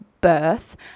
birth